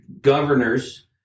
governors